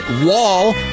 Wall